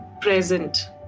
present